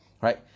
Right